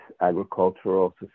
agricultural